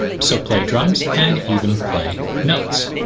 so play drums and even play notes.